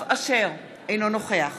אינו נוכח